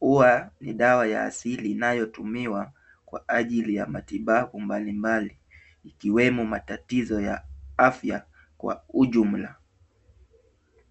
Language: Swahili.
Huwa ni dawa ya asili inayotumika kwa ajili ya matibabu mbalimbali ikiwemo matatizo ya afya kwa ujumla.